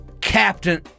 Captain